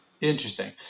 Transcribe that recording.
Interesting